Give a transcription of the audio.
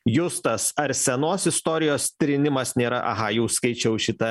justas ar senos istorijos trynimas nėra aha jau skaičiau šitą